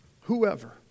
Whoever